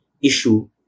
issue